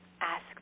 Ask